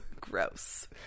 gross